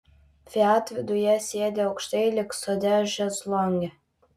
fiat viduje sėdi aukštai lyg sode šezlonge